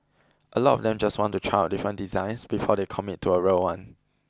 a lot of them just want to try out different designs before they commit to a real one